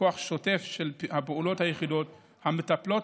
פיקוח שוטף על פעילות היחידות המטפלות